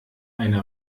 eine